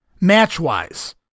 match-wise